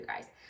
guys